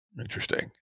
Interesting